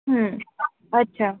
अच्छा